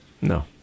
no